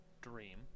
Dream